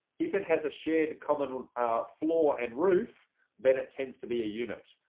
if it has a shared common floor and roof then it tends to be a unit.